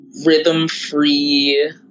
rhythm-free